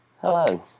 Hello